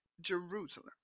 Jerusalem